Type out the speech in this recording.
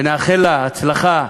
ונאחל לה הצלחה